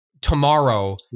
tomorrow